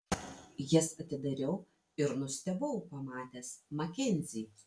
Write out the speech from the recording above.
jas atidariau ir nustebau pamatęs makenzį